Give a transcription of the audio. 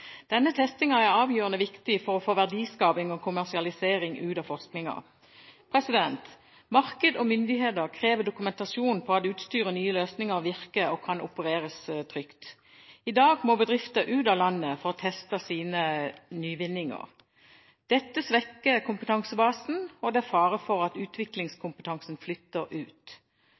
Denne testingen er avgjørende viktig for å få verdiskaping og kommersialisering ut av forskningen. Marked og myndigheter krever dokumentasjon på at utstyr og nye løsninger virker og kan opereres trygt. I dag må bedrifter ut av landet for å teste sine nyvinninger. Dette svekker kompetansebasen, og det er fare for at utviklingskompetansen flytter ut.